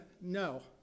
no